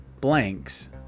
blanks